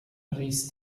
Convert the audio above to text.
riss